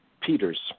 Peters